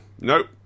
Nope